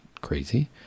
crazy